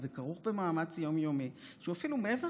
וזה כרוך במאמץ יומיומי שהוא אפילו מעבר